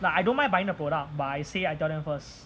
like I don't mind buying the product but I say I tell them first